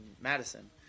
Madison